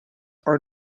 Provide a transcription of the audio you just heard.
are